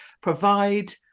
provide